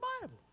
Bible